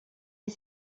est